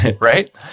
right